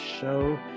show